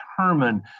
determine